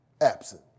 absent